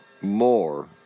more